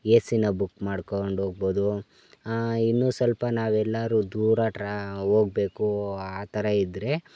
A ಸಿನ book ಮಾಡಿಕೊಂಡೋಗ್ಬೋದು ಇನ್ನು ಸ್ವಲ್ಪ ನಾವೆಲ್ಲಾರು ದೂರ ಟ್ರಾ ಹೋಗ್ಬೇಕು ಆ ಥರ ಇದ್ರೆ